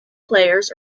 players